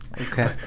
Okay